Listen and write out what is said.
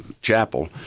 chapel